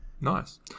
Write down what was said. Nice